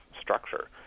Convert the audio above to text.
structure